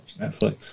Netflix